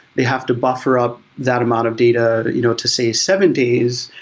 they have to buffer up that amount of data you know to say seven days,